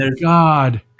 God